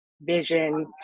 vision